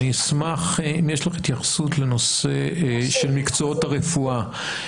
אני אשמח אם יש לך התייחסות לנושא של מקצועות הרפואה,